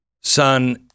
son